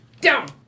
Down